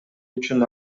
үчүн